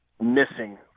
missing